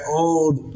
old